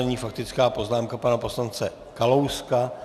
Nyní faktická poznámka pana poslance Kalouska.